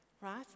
right